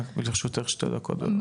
לרשותך כשתי דקות, בבקשה.